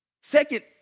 Second